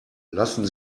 lassen